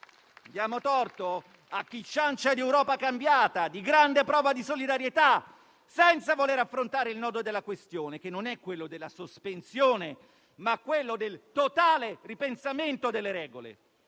diamo torto invece a chi ciancia di Europa cambiata e di grande prova di solidarietà, senza voler affrontare il nodo della questione, che non è la sospensione, ma il totale ripensamento delle regole.